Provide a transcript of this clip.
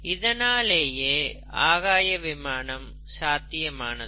இதனாலேயே ஆகாயவிமானம் சாத்தியமானது